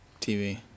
TV